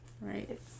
right